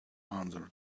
answered